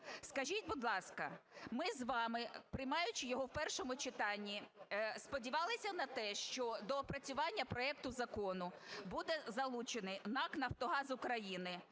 Скажіть, будь ласка, ми з вами, приймаючи його в першому читанні, сподівалися на те, що до опрацювання проекту закону буде залучений НАК "Нафтогаз України"